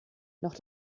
noch